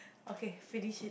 okay finish it